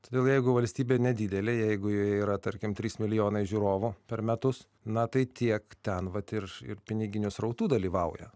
todėl jeigu valstybė nedidelė jeigu joje yra tarkim trys milijonai žiūrovų per metus na tai tiek ten vat ir ir piniginių srautų dalyvauja